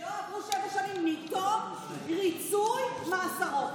ולא עברו שבע שנים מתום ריצוי מאסרו.